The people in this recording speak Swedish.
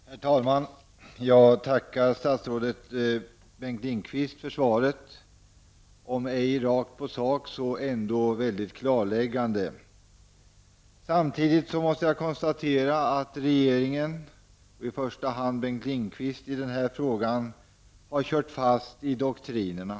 Herr talman! Jag tackar statsrådet Bengt Lindqvist för svaret -- om ej rakt på sak så ändå väldigt klarläggande. Samtidigt måste jag konstatera att regeringen, i första hand Bengt Lindqvist, i den här frågan har kört fast i doktrinerna.